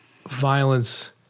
violence